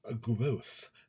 growth